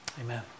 amen